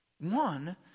One